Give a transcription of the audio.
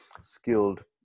skilled